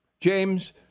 James